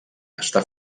està